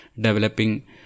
developing